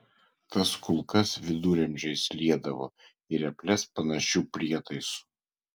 tas kulkas viduramžiais liedavo į reples panašiu prietaisu